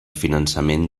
finançament